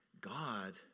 God